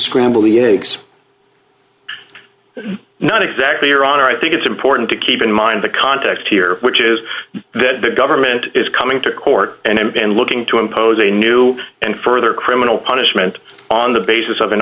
scramble the eggs not exactly your honor i think it's important to keep in mind the context here which is that the government is coming to court and looking to impose a new and further criminal punishment on the basis of